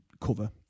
cover